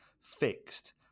fixed